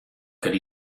could